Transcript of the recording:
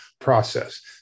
process